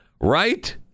Right